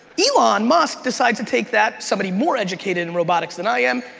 elon musk decides to take that, somebody more educated in robotics than i am,